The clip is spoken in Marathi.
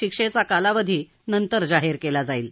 शिक्षेचा कालावधी नंतर जाहीर केला जाईल